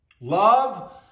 Love